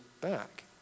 back